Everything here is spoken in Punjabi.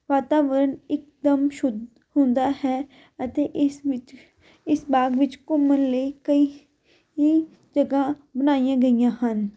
ਵਾਤਾਵਰਨ ਇਕਦਮ ਸ਼ੁੱਧ ਹੁੰਦਾ ਹੈ ਅਤੇ ਇਸ ਵਿੱਚ ਇਸ ਬਾਗ ਵਿੱਚ ਘੁੰਮਣ ਲਈ ਕਈ ਹੀ ਜਗ੍ਹਾ ਬਣਾਈਆਂ ਗਈਆਂ ਹਨ